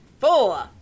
four